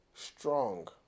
strong